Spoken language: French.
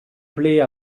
plaît